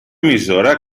emissora